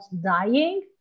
dying